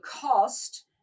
cost